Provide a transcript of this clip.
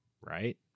right